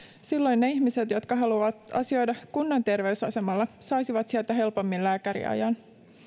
silloin ne ihmiset jotka haluavat asioida kunnan terveysasemalla saisivat sieltä helpommin lääkärinajan